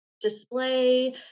display